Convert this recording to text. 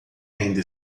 ainda